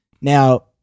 Now